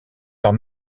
vers